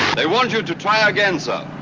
they want you to try again, sir.